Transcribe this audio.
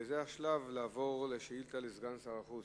זה השלב לעבור לשאילתא לסגן שר החוץ.